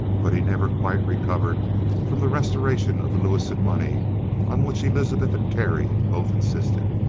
but he never quite recovered from the restoration of the lewison money on which elizabeth and terry both insisted.